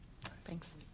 thanks